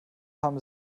haben